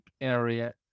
area